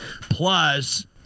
Plus